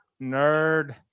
nerd